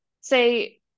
say